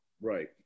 Right